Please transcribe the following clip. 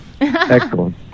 Excellent